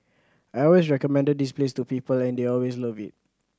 I always recommended this place to people and they always love it